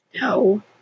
No